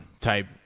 type